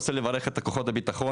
אני רוצה לברך את כוחות הביטחון,